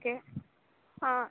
okay ಹಾಂ